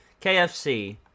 KFC